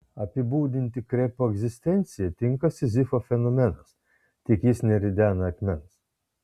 apibūdinti krepo egzistenciją tinka sizifo fenomenas tik jis neridena akmens